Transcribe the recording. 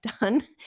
done